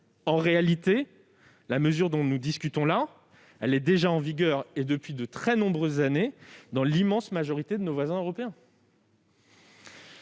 En réalité, la mesure dont nous discutons est déjà en vigueur depuis de très nombreuses années, chez l'immense majorité de nos voisins européens.